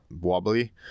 wobbly